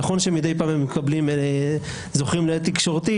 נכון שמדי פעם הם זוכים להד תקשורתי,